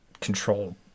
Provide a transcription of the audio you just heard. control